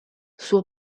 suo